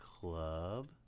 Club